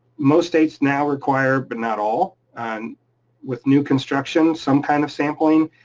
most states now require, but not all, and with new construction. some kind of sampling,